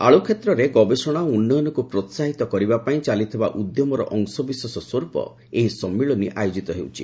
ଆଳୁ କ୍ଷେତ୍ରରେ ଗବେଷଣା ଓ ଉନ୍ନୟନକୁ ପ୍ରୋହାହିତ କରିବା ପାଇଁ ଚାଲିଥିବା ଉଦ୍ୟମର ଅଂଶବିଶେଷ ସ୍ୱରୂପ ଏହି ସମ୍ମିଳନୀ ଆୟୋଜିତ ହେଉଛି